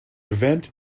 event